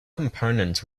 components